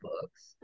books